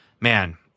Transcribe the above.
man